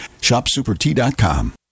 ShopSuperTea.com